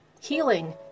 healing